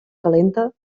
calenta